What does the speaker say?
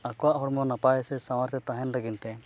ᱟᱠᱚᱣᱟᱜ ᱦᱚᱲᱢᱚ ᱱᱟᱯᱟᱭ ᱥᱮ ᱥᱟᱶᱟᱨᱛᱮ ᱛᱟᱦᱮᱱ ᱞᱟᱹᱜᱤᱫ ᱛᱮ